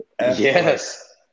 Yes